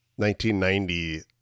1990